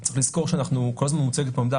כל הזמן מוצגת פה עמדה.